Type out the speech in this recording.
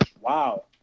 wow